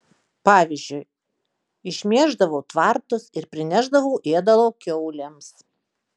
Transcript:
pavyzdžiui išmėždavau tvartus ir prinešdavau ėdalo kiaulėms